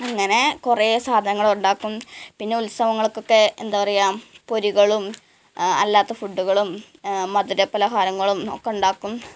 അങ്ങനെ കുറേ സാധങ്ങളുണ്ടാക്കും പിന്നെ ഉൽസവങ്ങൾക്ക് ഒക്കെ എന്താണ് പറയുക പൊരികളും അല്ലാത്ത ഫുഡ്ഡുകളും മധുര പലഹാരങ്ങളും ഒക്കെ ഉണ്ടാക്കും